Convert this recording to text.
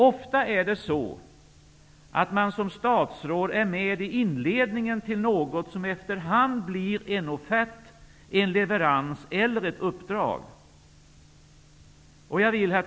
Ofta är är det så, att man som statsråd är med i inledningen till något som efterhand blir en offert, en leverans eller ett uppdrag. Herr talman!